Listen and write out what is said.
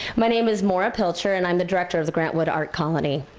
my name is maura pilcher and i'm the director of the grant wood art colony.